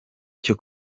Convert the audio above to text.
cyo